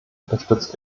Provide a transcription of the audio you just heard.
unterstützt